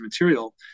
material